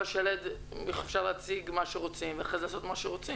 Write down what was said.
השלד אפשר להציג מה שרוצים ואחרי זה לעשות מה שרוצים.